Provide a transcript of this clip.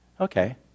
Okay